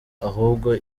ahubwo